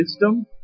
wisdom